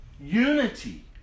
unity